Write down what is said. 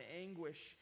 anguish